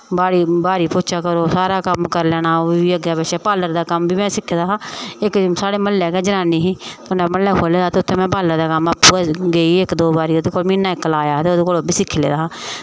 ब्हारी ब्हारी पोच्चा करो सारा कम्म करी लैना होर बी अग्गें पिच्छें पार्लर दा कम्म बी में सिक्खे दा हा इक साढ़े म्हल्ले गै जनानी ही कन्नै म्हल्लै खोह्ले दा हा ते उत्थें में आपें गै गेई इक दो बारी ओह्दे कोल म्हीना इक लाया ते ओह्दे कोला सिक्खी लेआ हा